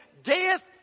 Death